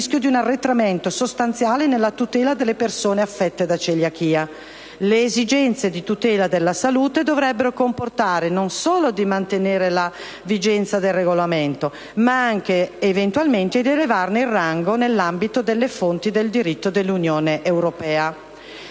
il rischio di un arretramento sostanziale nella tutela delle persone affette da celiachia. Le esigenze di tutela della salute dovrebbero comportare non solo di mantenere la vigenza del regolamento (CE) n. 41/2009, ma anche eventualmente di elevarne il rango nell'ambito delle fonti del diritto dell'Unione europea;